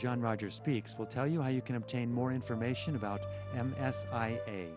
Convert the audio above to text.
john rogers speaks will tell you how you can obtain more information about him as i